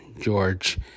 George